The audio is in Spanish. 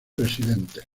residentes